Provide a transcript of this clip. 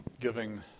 giving